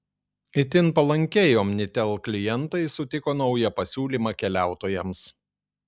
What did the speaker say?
itin palankiai omnitel klientai sutiko naują pasiūlymą keliautojams